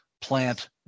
plant